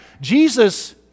Jesus